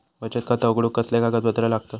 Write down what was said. बचत खाता उघडूक कसले कागदपत्र लागतत?